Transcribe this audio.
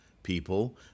People